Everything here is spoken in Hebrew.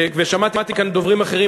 ושמעתי כאן דוברים אחרים,